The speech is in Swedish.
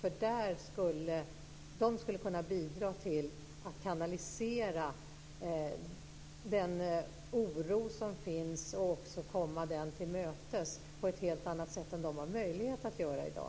Man skulle kunna bidra till att kanalisera den oro som finns och också komma den till mötes på ett helt annat sätt än man har möjlighet att göra i dag.